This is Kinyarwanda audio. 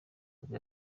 nibwo